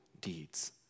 deeds